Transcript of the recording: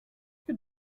good